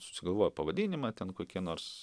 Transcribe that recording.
susigalvojo pavadinimą ten kokie nors